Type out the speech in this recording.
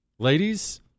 Ladies